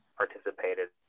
participated